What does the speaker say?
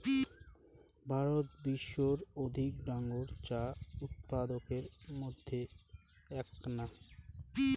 ভারত বিশ্বর অধিক ডাঙর চা উৎপাদকের মইধ্যে এ্যাকনা